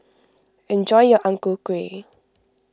enjoy your Ang Ku Kueh